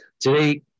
Today